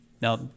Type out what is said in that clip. now